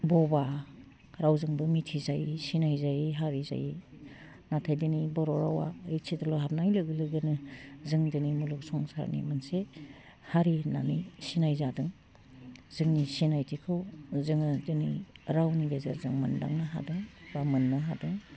बबा रावजोंबो मिथिजायै सिनाय जायै हारि जायो नाथाइ दिनै बर' रावा ओइद सिदोलाव हाबनाय लोगो लोगोनो जों दिनै मुलुग संसारनि मोनसे हारि होन्नानै सिनाय जादों जोंनि सिनायथिखौ जोङो दिनै रावनि गेजेरजों मोन्दांनो हादों बा मोन्नो हादों